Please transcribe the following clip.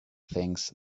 things